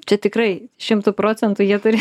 čia tikrai šimtu procentų jie turi